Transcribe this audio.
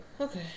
Okay